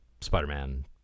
spider-man